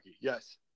Yes